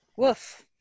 woof